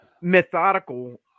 methodical